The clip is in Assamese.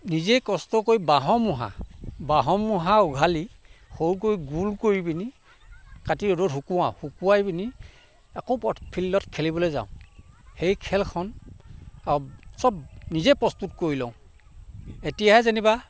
নিজে কষ্ট কৰি বাঁহৰ মূঢ়া বাঁহৰ মূঢ়া উঘালি সৰু কৰি গোল কৰি পিনি কাটি ৰ'দত শুকুৱাও শুকুৱাই পিনি আকৌ পত ফিল্ডত খেলিবলৈ যাওঁ সেই খেলখন অব চব নিজে প্ৰস্তুত কৰি লওঁ এতিয়াহে যেনিবা